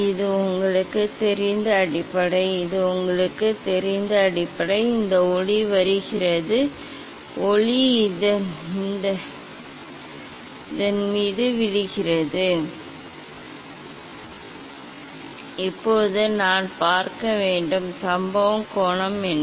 இது உங்களுக்குத் தெரிந்த அடிப்படை இது உங்களுக்குத் தெரிந்த அடிப்படை இந்த ஒளி வருகிறது ஒளி இந்த மீது விழுகிறது இப்போது நான் பார்க்க வேண்டும் சம்பவம் கோணம் என்ன